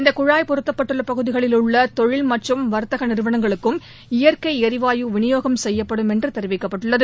இந்த குழாய் பொருத்தப்பட்டுள்ள பகுதிகளில் உள்ள தொழில் மற்றும் வர்த்தக நிறுவனங்களுக்கும் இயற்கை எரிவாயு விநியோகம் செய்யப்படும் என்று தெரிவிக்கப்பட்டுள்ளது